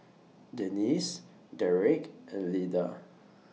Denisse Derrick and Lida